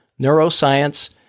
neuroscience